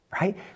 right